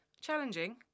challenging